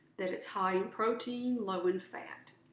that it's high in protein, low in fat.